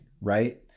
right